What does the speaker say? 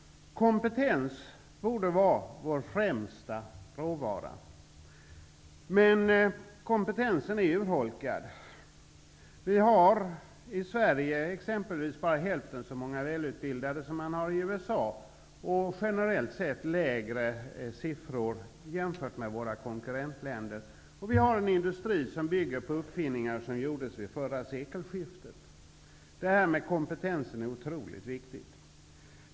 Kompetens borde vara vår främsta råvara, men den är urholkad. I Sverige har vi exempelvis bara hälften så många välutbildade som i USA, och generellt sett är siffrorna på det här området, jämfört med våra konkurrentländer, lägre. Vi har också en industri som bygger på uppfinningar som gjordes vid förra sekelskiftet. Det här med kompetensen är otroligt viktigt.